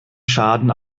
schaden